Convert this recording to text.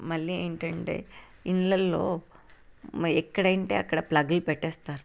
మళ్ళీ ఏంటంటే ఇళ్ళలో ఎక్కడంటే అక్కడ ప్లగ్లు పెట్టేస్తారు